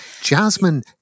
Jasmine